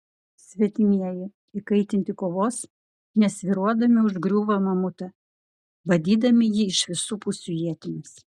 svetimieji įkaitinti kovos nesvyruodami užgriūva mamutą badydami jį iš visų pusių ietimis